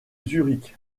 zurich